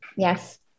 Yes